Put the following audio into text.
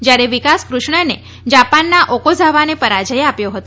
જ્યારે વિકાસ કૃષ્ણને જાપાનના ઓકોઝાવાને પરાજ્ય આપ્યો હતો